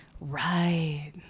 Right